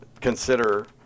consider